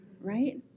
right